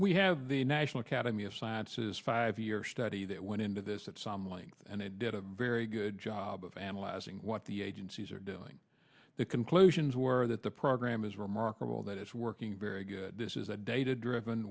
we have the national academy of sciences five year study that went into this at some length and they did a very good job of analyzing what the agencies are doing the conclusions were that the program is remarkable that it's working this is a data driven